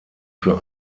für